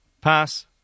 Pass